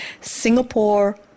Singapore